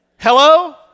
hello